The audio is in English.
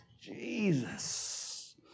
Jesus